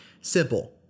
Simple